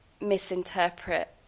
misinterpret